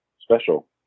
special